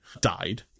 died